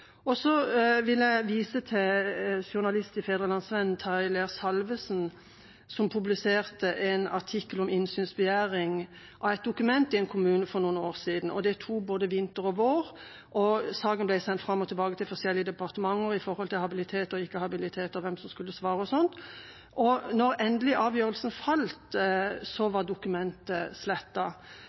vil vise til journalist i Fædrelandsvennen Tarjei Leer-Salvesen, som publiserte en artikkel om en innsynsbegjæring knyttet til et dokument i en kommune for noen år siden. Det tok både vinter og vår, og saken ble sendt fram og tilbake mellom forskjellige departementer på grunn av spørsmål om habilitet og inhabilitet, og om hvem som skulle svare og slikt. Da avgjørelsen endelig ble tatt, var